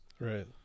right